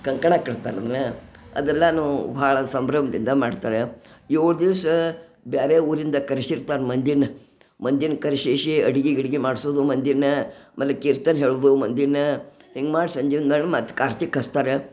ಕಂಕನ ಕಟ್ತಾರೆನ ಅದೆಲ್ಲನು ಭಾಳ ಸಂಭ್ರಮ್ದಿಂದ ಮಾಡ್ತಾರೆ ಏಳು ದಿವಸ ಬ್ಯಾರೆ ಊರಿಂದ ಕರಿಸಿಡ್ತಾರ ಮಂದಿನ ಮಂದಿನ ಕರ್ಸಿಸಿ ಅಡಿಗೆ ಗಿಡಿಗೆ ಮಾಡ್ಸೋದು ಮಂದಿನ ಆಮೇಲೆ ಕೀರ್ತನ ಹೇಳುವುದು ಮಂದಿನ ಹಿಂಗೆ ಮಾಡಿ ಸಂಜೆ ಒಂದೆರಡು ಮತ್ತೆ ಕಾರ್ತಿ ಕಟ್ತಾರೆ